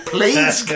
Please